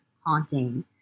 haunting